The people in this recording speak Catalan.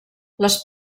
les